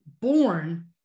born